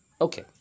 Okay